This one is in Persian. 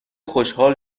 خوشحال